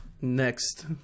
next